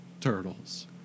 turtles